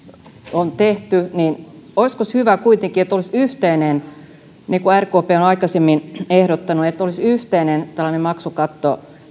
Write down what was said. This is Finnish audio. on tehty niin olisikos hyvä kuitenkin että olisi niin kuin rkp on aikaisemmin ehdottanut yhteinen maksukatto